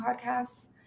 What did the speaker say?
podcasts